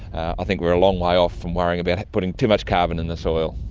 i think we are a long way off from worrying about putting too much carbon in the soil.